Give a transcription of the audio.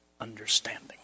understanding